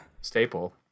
staple